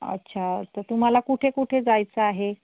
अच्छा तर तुम्हाला कुठे कुठे जायचं आहे